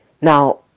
now